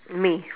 me